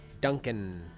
duncan